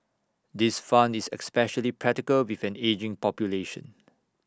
this fund is especially practical with an ageing population